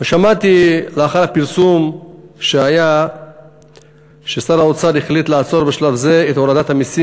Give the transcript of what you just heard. שמעתי לאחר פרסום שהיה ששר האוצר החליט לעצור בשלב זה את הורדת המסים